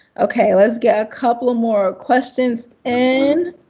okay, let's get a couple more questions in.